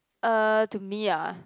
uh to me ah